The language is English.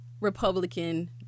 Republican